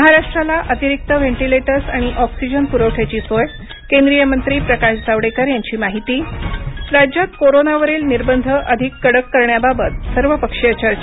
महाराष्ट्राला अतिरिक्त वेंटिलेटर्स आणि ऑक्सीजन प्रवठ्याची सोय केंद्रीय मंत्री प्रकाश जावडेकर यांची माहिती राज्यात कोरोनावरील निर्बंध अधिक कडक करण्याबाबत सर्वपक्षीय चर्चा